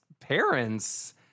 parents